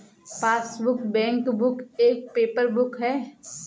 passbook, bankbook एक paper book है